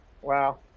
wow